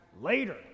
later